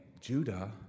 judah